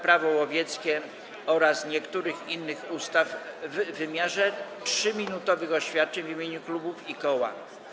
Prawo łowieckie oraz niektórych innych ustaw 3-minutowych oświadczeń w imieniu klubów i koła.